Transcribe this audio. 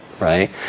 Right